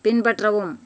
பின்பற்றவும்